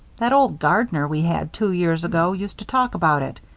that old gardener we had two years ago used to talk about it.